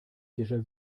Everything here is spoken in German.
déjà